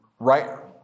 right